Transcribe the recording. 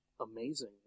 amazing